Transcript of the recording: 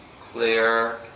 clear